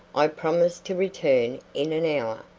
i promise to return in an hour.